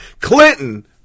Clinton